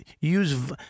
use